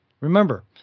Remember